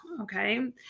Okay